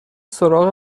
سراغ